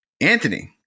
Anthony